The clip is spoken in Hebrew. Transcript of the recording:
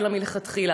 אלא מלכתחילה.